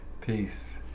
Peace